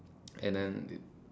and then